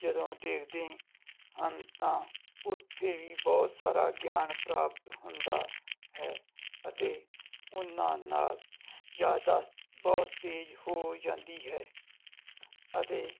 ਜਦੋਂ ਦੇਖਦੇ ਹਨ ਤਾਂ ਉੱਥੇ ਵੀ ਬਹੁਤ ਸਾਰਾ ਗਿਆਨ ਪ੍ਰਾਪਤ ਹੁੰਦਾ ਹੈ ਅਤੇ ਉਹਨਾਂ ਨਾਲ ਯਾਦਾਸ਼ਤ ਬਹੁਤ ਤੇਜ਼ ਹੋ ਜਾਂਦੀ ਹੈ ਅਤੇ